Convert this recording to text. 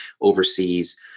overseas